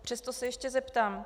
Přesto se ještě zeptám.